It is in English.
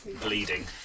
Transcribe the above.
bleeding